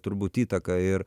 turbūt įtaką ir